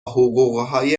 حقوقهای